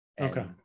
Okay